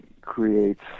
creates